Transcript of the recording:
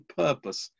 purpose